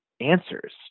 answers